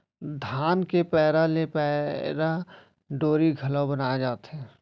धान के पैरा ले पैरा डोरी घलौ बनाए जाथे